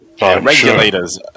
regulators